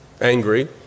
angry